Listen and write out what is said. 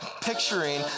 picturing